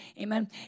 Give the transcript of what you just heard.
Amen